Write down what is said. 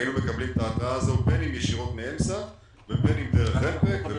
היינו מקבלים את ההתרעה הזאת בין אם דרך קפריסין